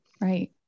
right